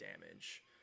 damage